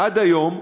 עד היום,